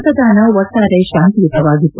ಮತದಾನ ಒಟ್ಲಾರೆ ಶಾಂತಿಯುತವಾಗಿತ್ತು